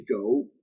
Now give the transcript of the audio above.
go